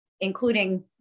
including